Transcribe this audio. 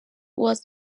was